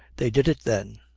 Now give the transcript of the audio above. they did it then.